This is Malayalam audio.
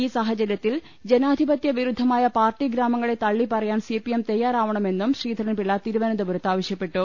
ഈ സാഹ ചര്യത്തിൽ ജനാധിപത്യ വിരുദ്ധമായ പാർട്ടി ഗ്രാമങ്ങളെ തള്ളിപ്പറയാൻ സി പി ഐ എം തയ്യാറാവണമെന്നും ശ്രീധ രൻപിള്ള തിരുവനന്തപുരത്ത് ആവശ്യപ്പെട്ടു